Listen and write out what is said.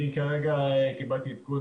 כרגע קיבלתי עדכון